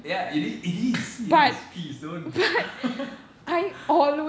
ya it is it is it is please don't